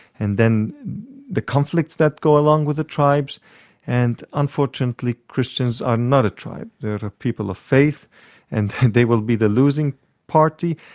and then the conflicts that go along with the tribes and unfortunately christians are not a tribe they're a people of faith and they will be the losing party.